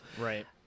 right